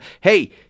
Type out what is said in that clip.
Hey